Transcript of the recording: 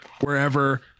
wherever